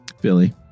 Philly